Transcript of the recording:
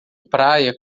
praia